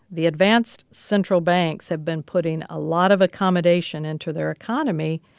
the advanced central banks have been putting a lot of accommodation into their economy,